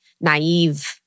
naive